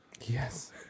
Yes